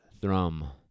thrum